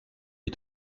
les